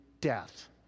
death